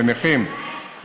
לנכים,